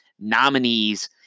nominees